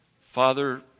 Father